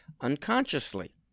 unconsciously